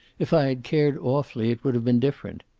if i had cared awfully it would have been different.